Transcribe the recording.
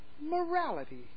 morality